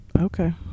Okay